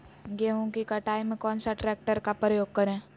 गेंहू की कटाई में कौन सा ट्रैक्टर का प्रयोग करें?